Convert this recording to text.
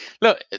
Look